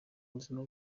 buzima